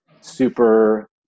super